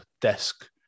desk